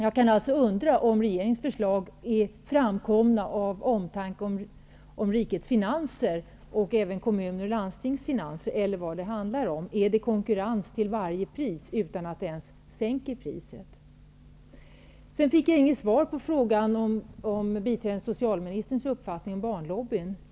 Jag undrar alltså om regeringens förslag är framkomna av omtanke om rikets finanser och även kommuners och landstings finanser, eller vad handlar det om? Är det fråga om konkurrens till varje pris utan att priserna sänks? Jag fick inget svar på frågan vad biträdande socialminister anser om Barnlobbyverksamhet.